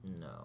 No